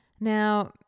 Now